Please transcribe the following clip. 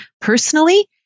personally